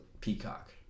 Peacock